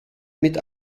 mit